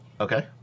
Okay